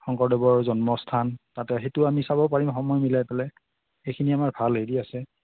শংকৰদেৱৰ জন্মস্থান তাতে সেইটোও আমি চাব পাৰিম সময় মিলাই পেলাই সেইখিনি আমাৰ ভাল হেৰি আছে